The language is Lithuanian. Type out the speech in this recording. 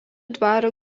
dvaro